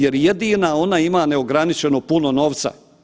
Jer jedina ona ima neograničeno puno novca.